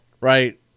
Right